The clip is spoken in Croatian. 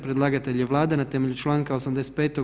Predlagatelj je Vlada na temelju Članka 85.